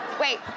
Wait